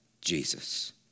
Jesus